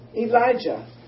Elijah